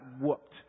whooped